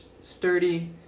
sturdy